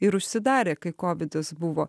ir užsidarė kai kovidas buvo